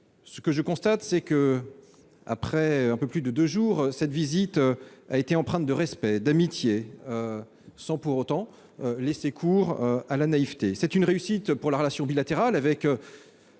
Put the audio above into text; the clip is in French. communes. Je constate, après un peu plus de deux jours, que cette visite a été empreinte de respect et d'amitié, sans pour autant laisser cours à la naïveté. Elle constitue une réussite pour la relation bilatérale, avec